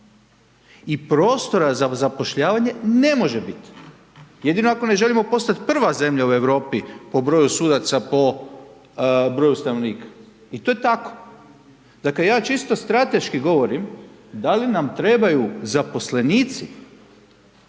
i prostora za zapošljavanje ne može biti, jedino ako ne želimo postati prva zemlja u Europi po broju sudaca, po broju stanovnika i to je tako. Dakle, ja vam čisto strateški govorim, da li nam trebaju zaposlenici